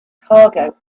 cargo